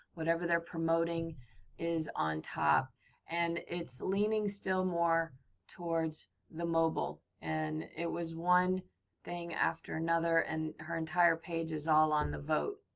whatever they're promoting is on top and it's leaning still more towards the mobile. and it was one thing after another and her entire pages all on the vote.